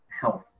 health